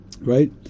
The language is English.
Right